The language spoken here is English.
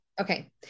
Okay